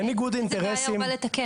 איזה בעיה הוא בא לתקן?